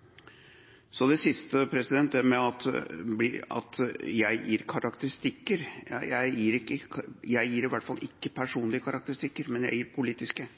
det passet ikke. Så det siste, det at jeg gir karakteristikker. Jeg gir i hvert fall ikke personlige karakteristikker, men jeg gir politiske.